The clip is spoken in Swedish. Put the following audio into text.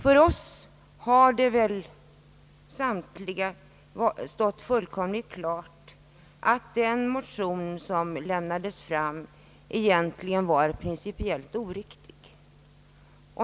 För oss alla har det stått fullkomligt klart, att den motion som vi lämnade fram egentligen var principiellt oriktig.